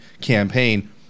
campaign